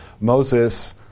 Moses